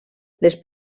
les